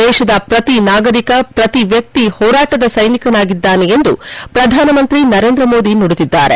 ದೇಶದ ಪ್ರತಿ ನಾಗರಿಕ ಪ್ರತಿ ವ್ಯಕ್ತಿ ಹೋರಾಟದ ಸ್ವೆನಿಕನಾಗಿದ್ದಾನೆ ಎಂದು ಪ್ರಧಾನಮಂತ್ರಿ ನರೇಂದ ಮೋದಿ ನುಡಿದಿದ್ದಾರೆ